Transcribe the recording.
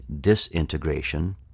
disintegration